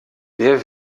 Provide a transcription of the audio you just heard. wer